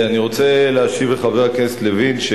אני רוצה להשיב לחבר הכנסת לוין,